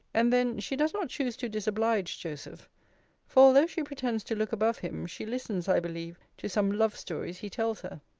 and then she does not choose to disoblige joseph for although she pretends to look above him, she listens, i believe, to some love-stories he tells her.